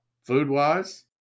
food-wise